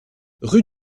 rue